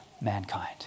mankind